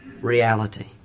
reality